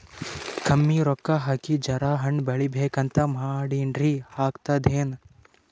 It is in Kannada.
ಕಮ್ಮಿ ರೊಕ್ಕ ಹಾಕಿ ಜರಾ ಹಣ್ ಬೆಳಿಬೇಕಂತ ಮಾಡಿನ್ರಿ, ಆಗ್ತದೇನ?